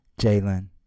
Jalen